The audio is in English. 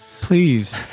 Please